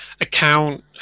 account